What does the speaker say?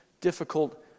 difficult